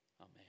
Amen